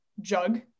jug